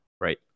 right